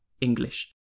English